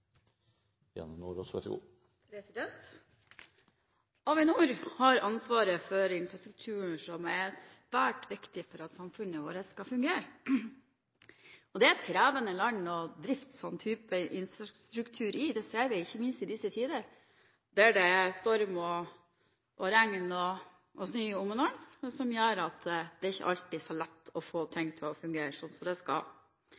svært viktig for at samfunnet vårt skal fungere. Og det er et krevende land å drifte slik infrastruktur i, det ser vi ikke minst i disse tider med storm, regn og snø om hverandre, noe som gjør at det ikke alltid er så lett å få